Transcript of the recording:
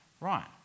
right